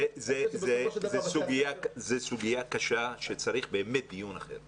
זו סוגיה קשה שצריך דיון אחר.